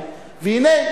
והנה,